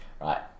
right